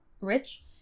rich